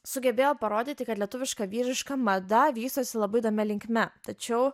sugebėjo parodyti kad lietuviška vyriška mada vystosi labai įdomia linkme tačiau